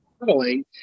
modeling